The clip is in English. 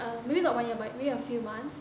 err maybe not one year but maybe a few months